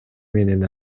менен